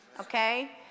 Okay